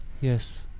Yes